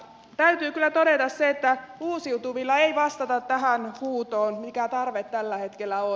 täytyy kyllä todeta se että uusiutuvilla ei vastata tähän huutoon mikä tarve tällä hetkellä on